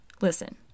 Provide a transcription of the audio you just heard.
Listen